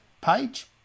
page